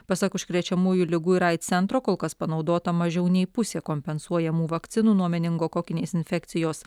pasak užkrečiamųjų ligų ir aids centro kol kas panaudota mažiau nei pusė kompensuojamų vakcinų nuo meningokokinės infekcijos